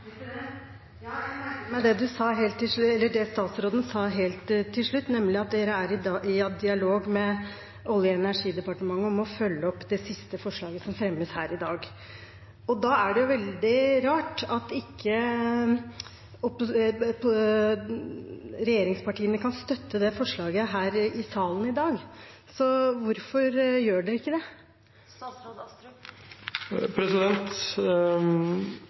i dialog med Olje- og energidepartementet om å følge opp det siste forslaget som fremmes her i dag. Da er det veldig rart at ikke regjeringspartiene kan støtte det forslaget her i salen i dag. Hvorfor gjør de ikke det?